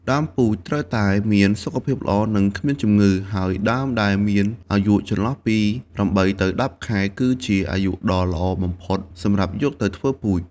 ដើមពូជត្រូវតែមាន សុខភាពល្អ និងគ្មានជំងឺ ហើយដើមដែលមានអាយុចន្លោះពី ៨ ទៅ ១០ ខែ គឺជាអាយុដ៏ល្អបំផុតសម្រាប់យកទៅធ្វើពូជ។